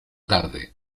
tarde